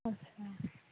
अच्छा